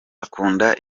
akunda